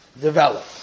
develop